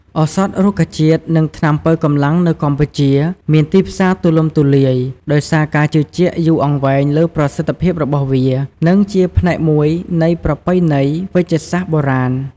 ឱសថរុក្ខជាតិ និងថ្នាំប៉ូវកម្លាំងនៅកម្ពុជាមានទីផ្សារទូលំទូលាយ ដោយសារការជឿជាក់យូរអង្វែងលើប្រសិទ្ធភាពរបស់វា និងជាផ្នែកមួយនៃប្រពៃណីវេជ្ជសាស្ត្របុរាណ។